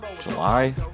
july